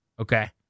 Okay